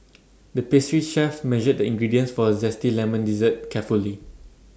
the pastry chef measured the ingredients for A Zesty Lemon Dessert carefully